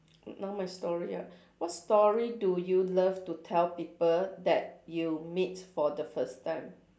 not much story ah what story do you love to tell people that you meet for the first time